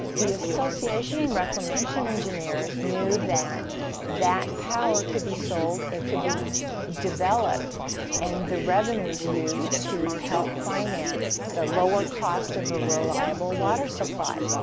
the association and reclamation engineers knew that that power could be sold, it could be developed and the revenues used to help finance the lower cost of a reliable water supply.